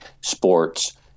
sports